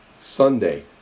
Sunday